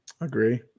Agree